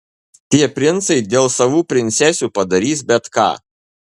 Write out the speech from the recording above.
tie princai dėl savų princesių padarys bet ką